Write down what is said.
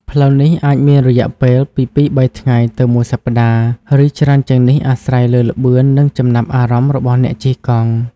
ផ្លូវនេះអាចមានរយៈពេលពីពីរបីថ្ងៃទៅមួយសប្តាហ៍ ឬច្រើនជាងនេះ អាស្រ័យលើល្បឿន និងចំណាប់អារម្មណ៍របស់អ្នកជិះកង់។